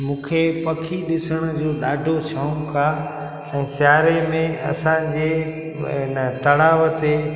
मूंखे पखी ॾिसण जो ॾाढो शौक़ु आहे ऐं सियारे में असांजे इन तलाव ते